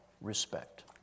respect